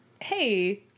hey